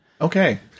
Okay